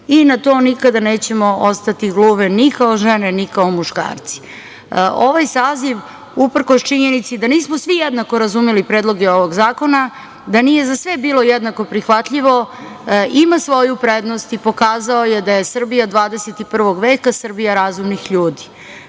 i na to nikada nećemo ostati gluve ni kao žene ni kao muškarci. Ovaj saziv, uprkos činjenici da nismo svi jednako razumeli predloge ovog zakona, da nije za sve bilo jednako prihvatljivo, ima svoju prednost i pokazao je da je Srbija 21. veka Srbija razumnih ljudi,